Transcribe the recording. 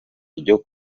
ryo